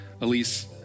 Elise